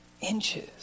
inches